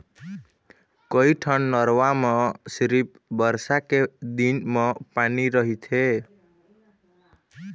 कइठन नरूवा म सिरिफ बरसा के दिन म पानी रहिथे